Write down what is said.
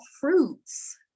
fruits